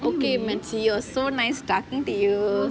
okay man serious it was so nice talking to you